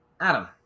Adam